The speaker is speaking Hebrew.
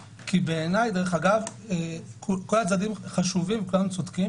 בעיניי, דרך אגב, כל הצדדים חשובים וכולם צודקים